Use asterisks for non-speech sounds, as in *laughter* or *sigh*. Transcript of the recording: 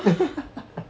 *laughs*